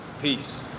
peace